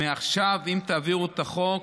מעכשיו, אם תעבירו את החוק,